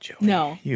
No